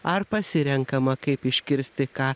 ar pasirenkama kaip iškirsti ką